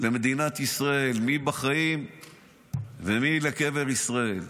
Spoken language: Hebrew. למדינת ישראל, מי בחיים ומי לקבר ישראל.